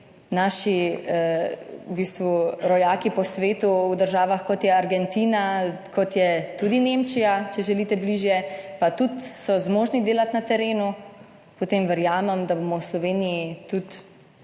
rojaki po svetu, v državah kot je Argentina, kot je tudi Nemčija, če želite bližje, pa tudi so zmožni delati na terenu, potem verjamem, da bomo v Sloveniji tudi